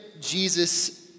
Jesus